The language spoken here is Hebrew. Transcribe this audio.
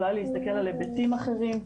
אולי להסתכל על היבטים אחרים.